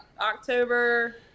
October